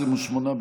28,